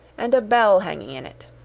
and a bell hanging in it.